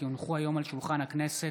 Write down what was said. כי הונחו היום על שולחן הכנסת,